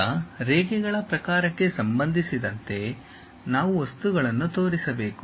ಈಗ ರೇಖೆಗಳ ಪ್ರಕಾರಕ್ಕೆ ಸಂಬಂಧಿಸಿದಂತೆ ನಾವು ವಸ್ತುಗಳನ್ನು ತೋರಿಸಬೇಕು